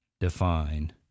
define